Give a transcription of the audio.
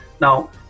Now